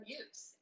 use